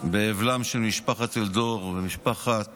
באבלן של משפחת אלדור ומשפחת